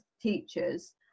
teachers